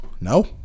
No